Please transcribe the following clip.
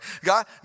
God